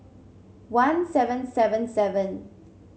one seven seven seven